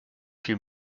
viel